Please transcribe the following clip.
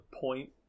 point